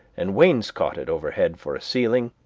and wainscot it overhead for a ceiling,